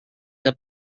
the